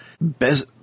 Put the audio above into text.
best